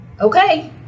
okay